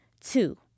Two